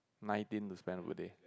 nineteen to spend over day